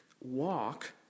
Walk